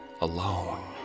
alone